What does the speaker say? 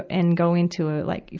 and go into a like,